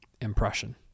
impression